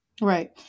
Right